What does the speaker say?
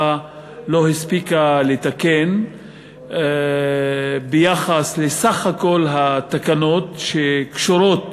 לא הספיקה לתקן ביחס לסך כל התקנות שקשורות